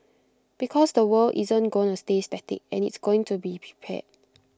because the world isn't gonna stay static and it's going to be prepared